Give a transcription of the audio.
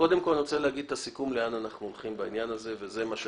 רוצה להגיד לאן אנחנו הולכים בעניין הזה.